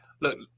Look